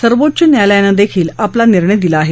सर्वोच्च न्यायालयानंही आपला निर्णय दिला आहे